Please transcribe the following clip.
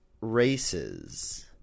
races